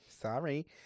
Sorry